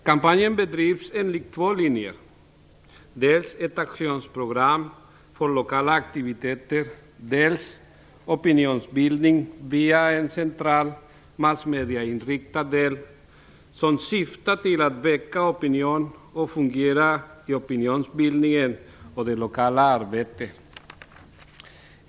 Kampanjen bedrivs enligt två linjer, dels ett aktionsprogram för lokala aktiviteter, dels opinionsbildning via en central, massmedieinriktad del, som syftar till att väcka opinion och fungera i opinionsbildningen och det lokala arbetet.